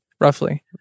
roughly